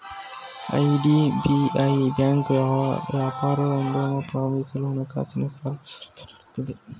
IDBI bank ವ್ಯಾಪಾರೋದ್ಯಮ ಪ್ರಾರಂಭಿಸಲು ಹಣಕಾಸಿನ ಸಾಲ ಸೌಲಭ್ಯ ನೀಡುತ್ತಿದೆ